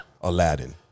Aladdin